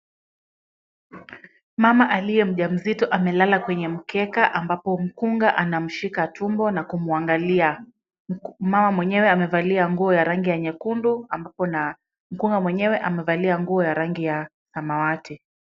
Mama aliye mjamzito amelala kwenye mkeka ambapo mkunga anamshika tumbo na kumwangalia. Mama mwenyewe amevalia nguo ya rangi ya nyekundu ambapo na mkunga mwenyewe amevalia nguo ya rangi ya samawati.